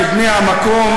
כבני המקום,